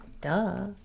Duh